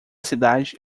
cidade